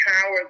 power